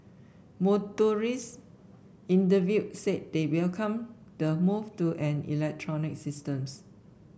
motorist interviewed said they welcome the move to an electronic system